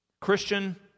Christian